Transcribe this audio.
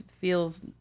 feels